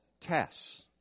tests